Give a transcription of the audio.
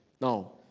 Now